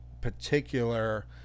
particular